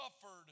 suffered